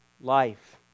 life